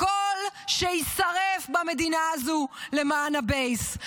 הכול שיישרף במדינה הזו למען הבייס.